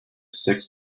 six